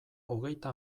hogeita